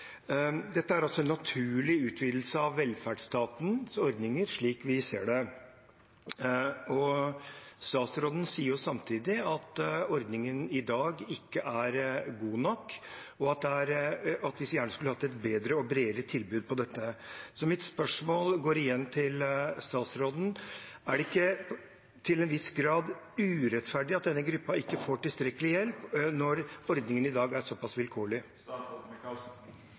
Dette er også en naturlig utvidelse av velferdsstatens ordninger, slik vi ser det. Statsråden sier jo samtidig at ordningen i dag ikke er god nok, og at vi gjerne skulle hatt et bedre og bredere tilbud på dette området. Så mitt spørsmål går igjen til statsråden: Er det ikke til en viss grad urettferdig at denne gruppa ikke får tilstrekkelig hjelp, når ordningen i dag er så pass vilkårlig?